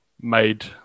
made